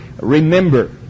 remember